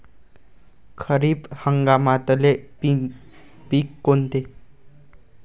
खरीप हंगामातले पिकं कोनते?